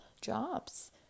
jobs